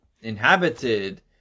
inhabited